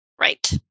Right